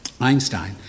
Einstein